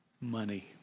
money